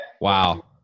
Wow